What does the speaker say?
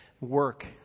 work